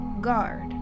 guard